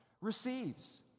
receives